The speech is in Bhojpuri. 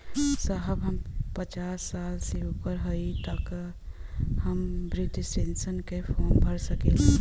साहब हम पचास साल से ऊपर हई ताका हम बृध पेंसन का फोरम भर सकेला?